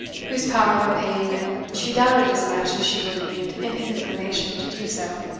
whose power of repaying them she doubted as much as she believed in his inclination to do so,